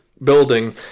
building